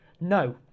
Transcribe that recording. No